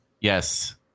Yes